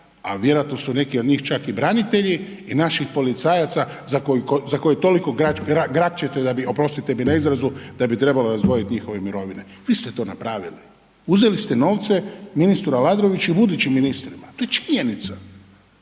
a vjerojatno su neki od njih čak i branitelji i naših policajaca za koje toliko grakćete da bi, oprostite mi na izrazu, da bi trebalo razdvojiti njihove mirovine. Vi ste to napravili, uzeli ste novce, ministru Aladroviću i budućim ministrima, to je činjenica